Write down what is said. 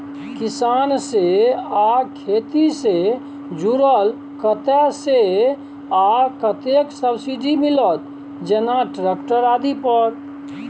किसान से आ खेती से जुरल कतय से आ कतेक सबसिडी मिलत, जेना ट्रैक्टर आदि पर?